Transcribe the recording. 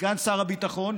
סגן שר הביטחון,